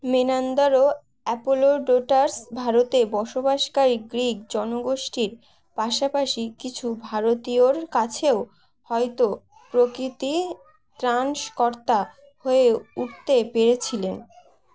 মেনান্দারও Apollodotus ভারতে বসবাসকারী Greek জনগোষ্ঠীর পাশাপাশি কিছু ভারতীয়র কাছেও হয়তো প্রকৃতি ত্রানকর্তা হয়ে উঠতে পেরেছিলেন